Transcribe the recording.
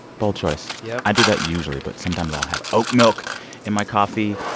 bold choice yep i do that usually. but, sometimes, i'll have oat milk in my coffee.